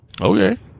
Okay